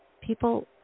People